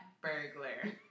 burglar